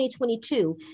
2022